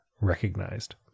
recognized